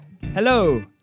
Hello